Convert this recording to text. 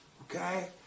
Okay